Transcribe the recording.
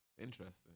Interesting